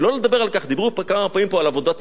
דיברו פה כמה פעמים על עבודת נוער.